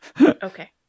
Okay